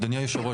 אדוני היושב ראש,